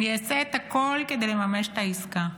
אני אעשה את הכול כדי לממש את העסקה.